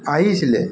আহিছিলে